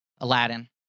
Aladdin